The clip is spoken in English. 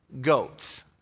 goats